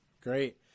great